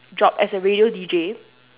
job as a radio D_J